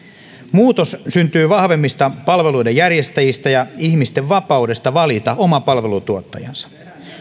muutos syntyy vahvemmista palveluiden järjestäjistä ja ihmisten vapaudesta valita oma palveluntuottajansa